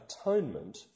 atonement